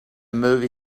movie